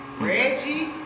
Reggie